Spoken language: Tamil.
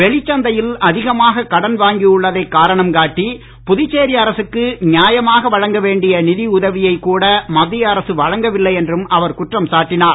வெளிச் சந்தையில் அதிகமாக கடன் வாங்கியுள்ளதை காரணமாக காட்டி புதுச்சேரி அரசுக்கு நியாயமாக வழங்க வேண்டிய நிதியுதவியை கூட மத்திய அரசு வழங்கவில்லை என்றும் அவர் குற்றம் சாட்டினார்